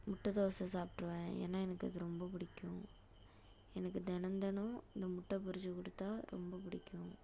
முட்டை தோசை சாப்பிட்ருவேன் ஏன்னா எனக்கு அது ரொம்ப பிடிக்கும் எனக்கு தினம் தினோம் இந்த முட்டை பொறித்து கொடுத்தா ரொம்ப பிடிக்கும்